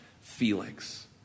Felix